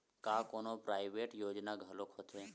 का कोनो प्राइवेट योजना घलोक होथे?